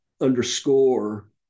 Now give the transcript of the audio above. underscore